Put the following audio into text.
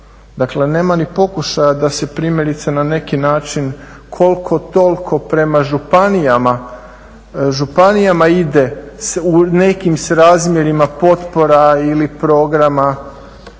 Dakle, nema ni pokušaja da se primjerice na neki način koliko toliko prema županijama ide u nekim srazmjerima potpora ili programa